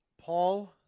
Paul